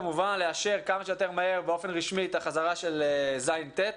כמובן לאשר כמה שיותר מהר באופן רשמי את החזרה של כיתות ז'-ט',